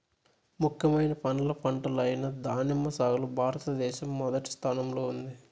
ముఖ్యమైన పండ్ల పంట అయిన దానిమ్మ సాగులో భారతదేశం మొదటి స్థానంలో ఉంది